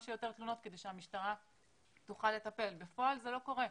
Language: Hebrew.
שיותר תלונות כדי שהמשטרה תוכל לטפל אבל בפועל זה לא קורה.